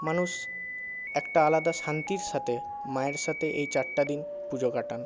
মানুষ একটা আলাদা শান্তির সাথে মায়ের সাথে এই চারটা দিন পুজো কাটান